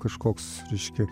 kažkoks reiškia